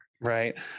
Right